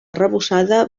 arrebossada